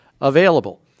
available